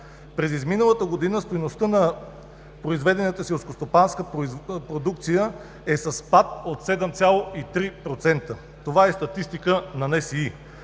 През изминалата година стойността на произведената селскостопанска продукция е със спад от 7,3%. Това е статистика на НСИ.